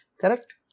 correct